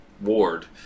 Ward